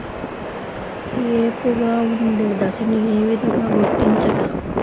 ఏపుగా ఉండే దశను ఏ విధంగా గుర్తించగలం?